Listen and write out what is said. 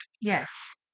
Yes